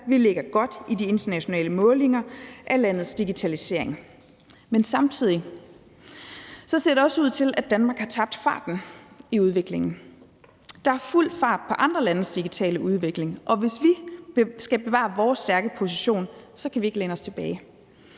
vi ligger godt i internationale målinger af landets digitalisering. Men samtidig ser det også ud til, at Danmark har tabt farten i udviklingen. Der er fuld fart på andre landes digitale udvikling, og hvis vi skal bevare vores stærke position, kan vi ikke læne os tilbage.